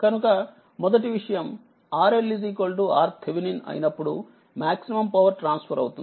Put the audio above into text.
కనుకమొదటి విషయంRLRThevenin అయినపుడు maximum power transfer అవుతుంది